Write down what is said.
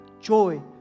joy